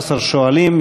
16 שואלים,